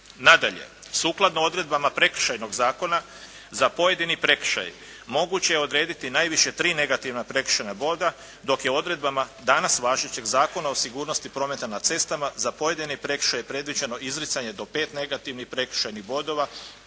Nadalje, sukladno odredbama Prekršajnog zakona za pojedini prekršaj moguće je odrediti najviše tri negativna prekršajna boda dok je odredbama danas važećeg Zakona o sigurnosti prometa na cestama za pojedine prekršaje predviđeno izricanje do pet negativnih prekršajnih bodova,